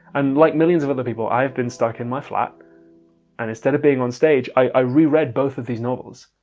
and like millions of other people i have been stuck in my flat and instead of being on stage i re-read both of these novels.